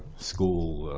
school